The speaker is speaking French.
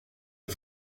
des